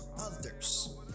others